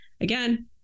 again